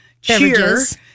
cheers